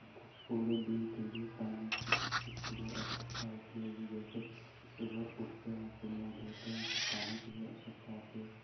हमको पूरे दिन के लिए पानी की इसलिए आवश्यकता होती है कि जैसे सुबह उठते हैं तो मुँह धोते हैं तो पानी की ही आवश्यकता होती है